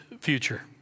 future